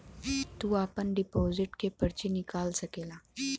तू आपन डिपोसिट के पर्ची निकाल सकेला